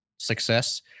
success